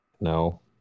no